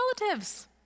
relatives